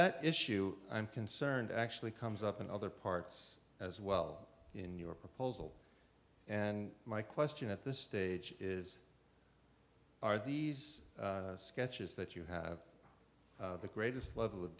that issue i'm concerned actually comes up in other parts as well in your proposal and my question at this stage is are these sketches that you have the greatest level of